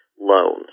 loans